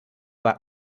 war